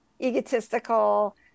egotistical